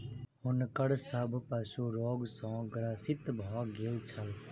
हुनकर सभ पशु रोग सॅ ग्रसित भ गेल छल